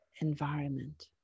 environment